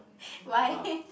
why